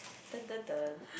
dun dun dun